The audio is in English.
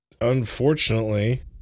unfortunately